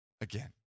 again